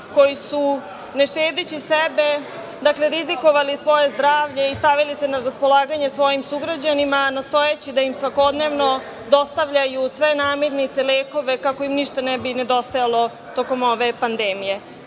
koji su ne štedeći sebe, rizikovali svoje zdravlje i stavili se na raspolaganje svojim sugrađanima nastojeći da im svakodnevno dostavljaju sve namirnice, lekove, kako im ništa ne bi nedostajalo tokom ove pandemije. Odgovor